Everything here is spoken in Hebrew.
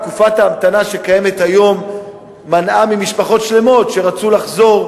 תקופת ההמתנה שקיימת היום מנעה ממשפחות שלמות שרצו לחזור,